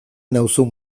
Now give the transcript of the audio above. nauzun